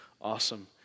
awesome